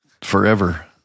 forever